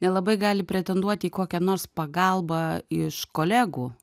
nelabai gali pretenduoti į kokią nors pagalbą iš kolegų